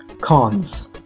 Cons